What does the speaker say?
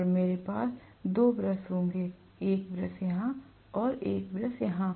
और मेरे पास 2 ब्रश होंगे एक ब्रश यहाँ और एक ब्रश यहाँ